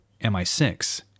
MI6